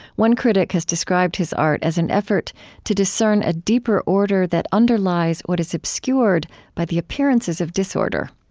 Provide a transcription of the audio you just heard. one critic has described his art as an effort to discern a deeper order that underlies what is obscured by the appearances of disorder.